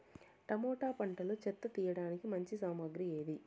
Tomato పంటలో చెత్త తీయడానికి మంచి సామగ్రి ఏది?